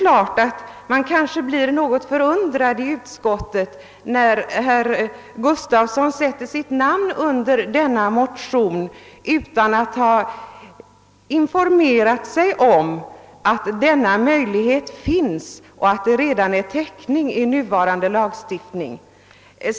Utskottsmajoriteten blev något förvånad att herr Gustavsson sätter sitt namn under motionen utan att ha informerat sig om att möjlighet redan finns för kvinnor som arbetar i sin makes rörelse att inplaceras i tilläggssjukpenningklass och att motionen således har täckning i nuvarande lagstiftning.